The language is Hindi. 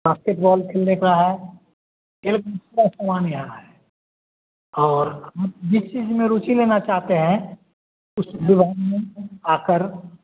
बास्केट बाॅल खेलने का है खेल का पूरा सामान यहाँ है और जिस चीज़ में रुचि लेना चाहते हैं उस डिपार्टमेंट में आकर